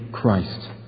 christ